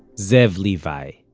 zev levi